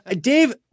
Dave